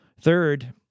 Third